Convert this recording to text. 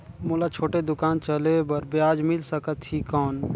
मोला छोटे दुकान चले बर ब्याज मिल सकत ही कौन?